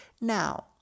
Now